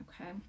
Okay